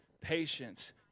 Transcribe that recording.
patience